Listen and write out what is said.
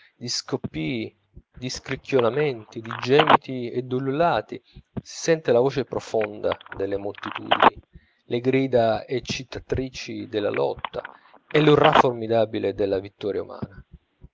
di scoppii di scricchiolamenti di gemiti e d'ululati si sente la voce profonda delle moltitudini le grida eccitatrici della lotta e l'urrà formidabile della vittoria umana